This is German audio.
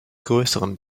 größeren